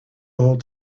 all